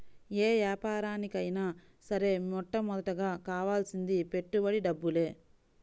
యే యాపారానికైనా సరే మొట్టమొదటగా కావాల్సింది పెట్టుబడి డబ్బులే